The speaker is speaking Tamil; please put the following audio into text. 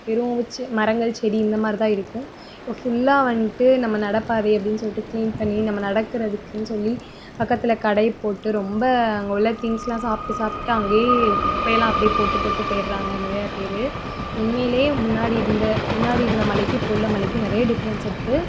வெறும் உச்சி மரங்கள் செடி இந்த மாதிரி தான் இருக்கும் இப்போ ஃபுல்லாக வந்துட்டு நம்ம நடப்பாதை அப்படின்னு சொல்லிட்டு க்ளீன் பண்ணி நம்ம நடக்கிறதுக்குன்னு சொல்லி பக்கத்தில் கடை போட்டு ரொம்ப அங்கே உள்ள திங்க்ஸெல்லாம் சாப்பிட்டு சாப்பிட்டு அங்கேயே குப்பையெல்லாம் அப்படியே போட்டு போட்டு போயிடுறாங்க நிறையா பேர் உண்மையிலே முன்னாடி இருந்த முன்னாடி இருந்த மலைக்கு இப்போ உள்ள மலைக்கும் நிறைய டிஃப்ரெண்ஸ் இருக்குது